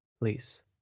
please